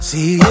See